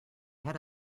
head